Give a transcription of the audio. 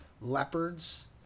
Leopards